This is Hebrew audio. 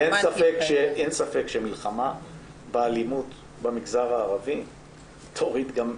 אין ספק שמלחמה באלימות המגזר הערבי תוריד גם,